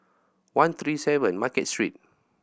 one three seven Market Street